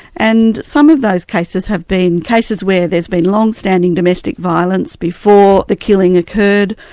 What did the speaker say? and some of those cases have been cases where there's been long-standing domestic violence before the killing occurred,